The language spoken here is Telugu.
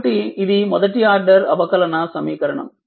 కాబట్టి ఇది మొదటి ఆర్డర్ అవకలన సమీకరణం